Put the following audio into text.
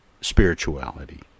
spirituality